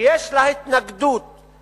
שיש התנגדות אליה,